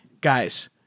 guys